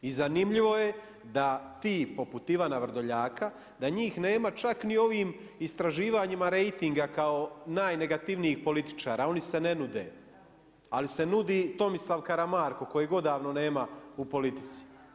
I zanimljivo je da ti poput Ivana Vrdoljaka da njih nema čak ni u ovim istraživanjima rejtinga kao najnegativnijih političara, oni se ne nude, ali se nudi Tomislav Karamarko kojeg odavno nema u politici.